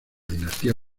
dinastía